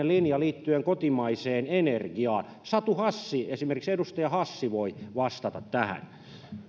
linja liittyen kotimaiseen energiaan esimerkiksi edustaja hassi voi vastata tähän